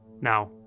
Now